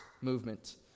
movement